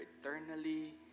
eternally